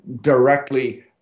directly